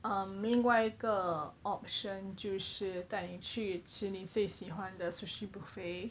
um 另外一个 option 就是带你去吃你最喜欢的 sushi buffet